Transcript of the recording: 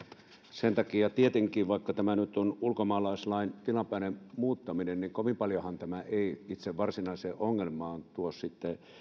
sen takia tietenkään vaikka tämä nyt on ulkomaalaislain tilapäinen muuttaminen kovin paljonhan tämä ei varsinaiseen ongelmaan tuo